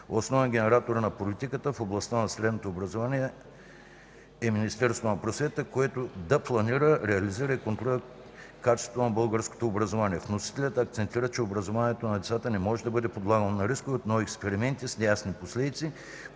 Основен генератор на политиката в областта на средното образование е Министерството на просветата, което да планира, реализира и контролира качеството на българското образование. Вносителят акцентира, че образованието на децата не може да бъде подлагано на рискове от нови експерименти с неясни последици,